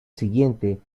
siguiente